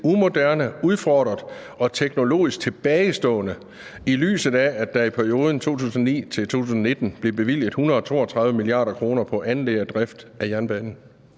umoderne, udfordret og teknologisk tilbagestående, i lyset af at der i perioden fra 2009 til 2019 blev bevilget 132 mia. kr. på anlæg og drift af jernbanen?